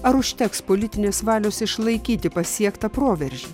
ar užteks politinės valios išlaikyti pasiektą proveržį